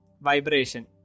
vibration